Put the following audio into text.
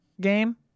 game